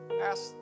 ask